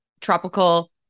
tropical